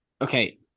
Okay